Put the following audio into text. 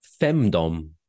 Femdom